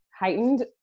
heightened